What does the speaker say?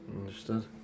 Understood